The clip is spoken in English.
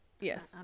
Yes